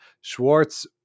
Schwartz